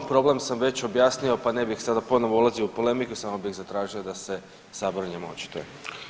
Problem sam već objasnio, pa ne bih sada ponovno ulazio u polemiku, samo bih zatražio da se Sabor o njemu očituje.